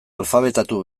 alfabetatu